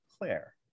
Claire